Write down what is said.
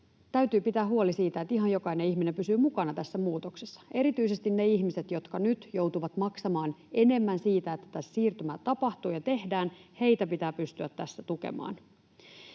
täytyy pitää huoli siitä, että ihan jokainen ihminen pysyy mukana tässä muutoksessa. Erityisesti niitä ihmisiä, jotka nyt joutuvat maksamaan enemmän siitä, että tässä siirtymää tapahtuu ja tehdään, pitää pystyä tässä tukemaan.